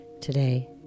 today